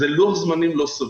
זה לוח זמנים לא סביר.